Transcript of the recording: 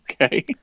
Okay